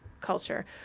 culture